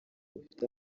bufite